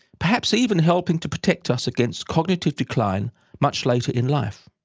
perhaps even helping to protect us against cognitive decline much later in life.